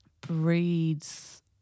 breeds